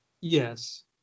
Yes